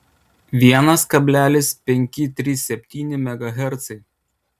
vienas kablelis penki trys septyni megahercai